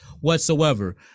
whatsoever